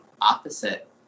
opposite